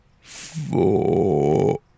Four